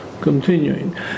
continuing